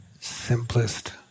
simplest